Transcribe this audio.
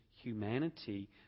humanity